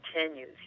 continues